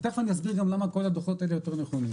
ותכף אני אסביר למה כל הדוחות האלה יותר נכונים.